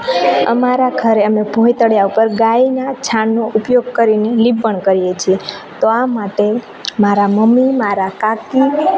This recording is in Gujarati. અમારા ઘરે અમે ભોંયતળિયા ઉપર ગાયના છાણનો ઊપયોગ કરીને લીંપણ કરીએ છીએ તો આ માટે મારા મમ્મી મારા કાકી